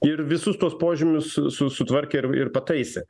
ir visus tuos požymius su sutvarkė ir pataisė